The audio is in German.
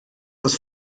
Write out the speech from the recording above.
das